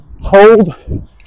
hold